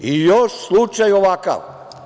I još slučaj ovakav.